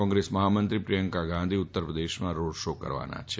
કોંગ્રેસ મફામંત્રી પ્રિયંકા ગાંધી ઉત્તરપ્રદેશમાં road show કરશે